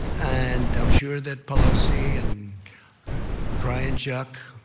and i'm sure that pelosi and crying chuck,